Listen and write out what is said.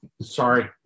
sorry